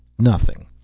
nothing.